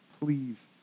please